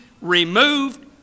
removed